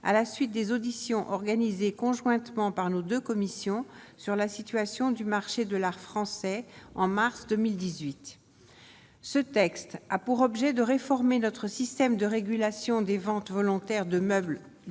à la suite des auditions organisées conjointement par nos 2 commissions sur la situation du marché de l'art français en mars 2018, ce texte a pour objet de réformer notre système de régulation des ventes volontaires de meubles aux enchères